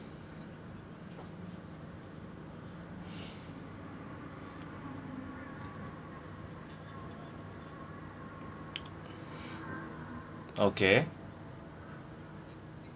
okay